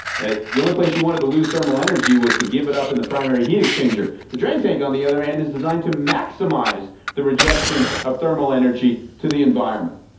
ah the only place you wanted to lose thermal energy was to give it up in the primary heat exchanger. the drain tank on the other hand is designed to maximize the rejection of thermal energy to the environment.